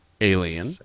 Alien